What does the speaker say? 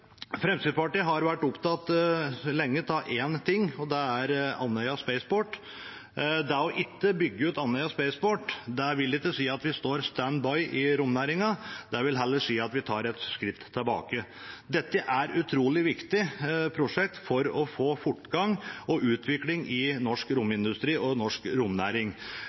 Fremskrittspartiet har lenge vært opptatt av én ting, og det er Andøya Spaceport. Å ikke bygge ut Andøya Spaceport. vil ikke si at vi står stand by i romnæringen, det vil heller si at vi tar et skritt tilbake. Dette er et utrolig viktig prosjekt for å få fortgang og utvikling i norsk romindustri og norsk romnæring